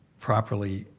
properly,